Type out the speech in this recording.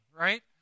right